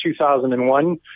2001